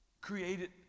created